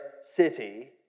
city